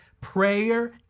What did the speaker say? prayer